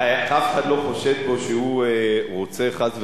אף אחד לא חושד בו שהוא רוצה, חס וחלילה,